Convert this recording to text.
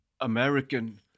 American